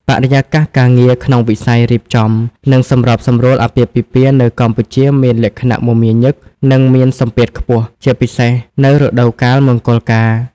បរិយាកាសការងារក្នុងវិស័យរៀបចំ និងសម្របសម្រួលអាពាហ៍ពិពាហ៍នៅកម្ពុជាមានលក្ខណៈ មមាញឹក និងមានសម្ពាធខ្ពស់ ជាពិសេសនៅរដូវកាលមង្គលការ។